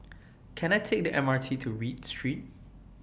Can I Take The M R T to Read Street